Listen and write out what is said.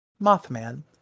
mothman